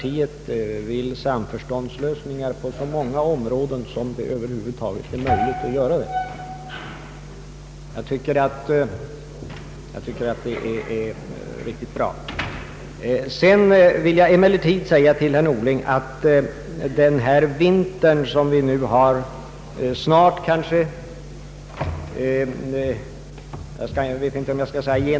Men med hans klarläggande nu är jag nöjd, och då statsrådet instämmer i utskottets skrivning är jag glad för det. Samtidigt konstaterar jag att det är ett typiskt uttryckssätt för hur man i kompromissens tecken försöker få ett enhälligt utskottsutlåtande.